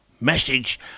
message